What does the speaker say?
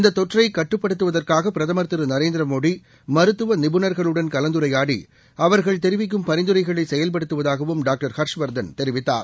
இந்ததொற்றைகட்டுப்படுத்துவதற்காகபிரதமர் திருநரேந்திரமோடிமருத்துவநிபுணாக்ளுடன் கலந்துரையாடி தெரிவிக்கும் பரிந்துரைகளைசெயல்படுத்துவதாகவும் அவர்கள் டாக்டர் ஹர்ஷவர்தன் தெரிவித்தார்